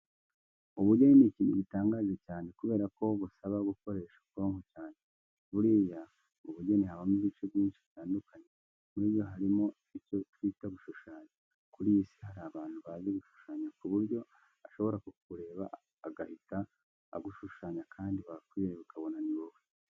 Ubugeni ni ikintu gitangaje cyane kubera ko busaba gukoresha ubwonko cyane. Buriya mu bugeni habamo ibice byinshi bitandukanye. Muri ibyo harimo icyo twita gushushanya. Kuri iyi Isi hari abantu bazi gushushyanya ku buryo ashobora kukureba agihita agushushyanya kandi wakwireba ukabona ni wowe.